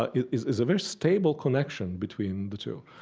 ah is is a very stable connection between the two.